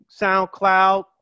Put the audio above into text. SoundCloud